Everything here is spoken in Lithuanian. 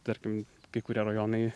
tarkim kai kurie rajonai